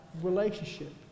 relationship